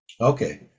Okay